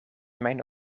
mijn